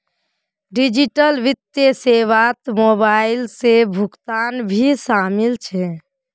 digital वित्तीय सेवात mobile से भुगतान भी शामिल छे